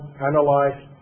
analyze